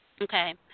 Okay